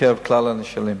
בקרב כלל הנשאלים.